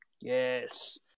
Yes